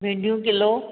भींडियूं किलो